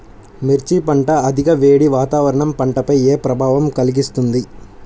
మిర్చి పంట అధిక వేడి వాతావరణం పంటపై ఏ ప్రభావం కలిగిస్తుంది?